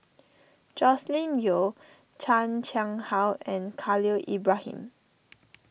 Joscelin Yeo Chan Chang How and Khalil Ibrahim